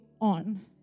on